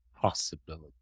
possibility